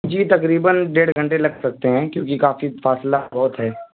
جی تقریباً ڈیڑھ گھنٹے لگ سکتے ہیں کیوںکہ کافی فاصلہ بہت ہے